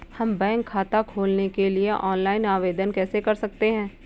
हम बैंक खाता खोलने के लिए ऑनलाइन आवेदन कैसे कर सकते हैं?